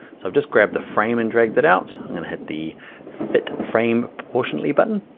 so i've just grabbed the frame and dragged it out. i'm gonna hit the fit frame proportionally button,